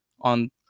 on